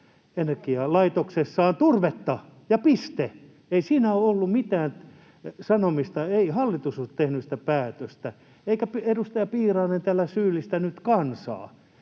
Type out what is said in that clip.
välihuuto] turvetta ja piste! Ei siinä ole ollut mitään sanomista, ei hallitus ole tehnyt sitä päätöstä, eikä edustaja Piirainen täällä syyllistänyt kansaa,